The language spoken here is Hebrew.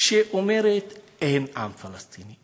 שאומרת: אין עם פלסטיני,